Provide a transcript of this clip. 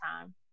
time